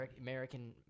American